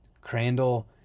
crandall